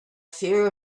fear